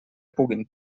puguin